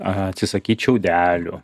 atsisakyt šiaudelių